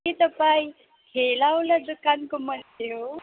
के तपाईँ ठेलावाला दोकानको मान्छे हो